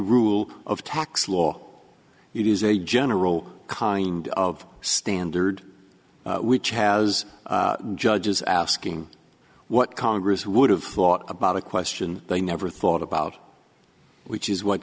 rule of tax law it is a general kind of standard which has judges asking what congress would have thought about a question they never thought about which is what